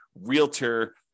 realtor